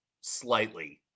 slightly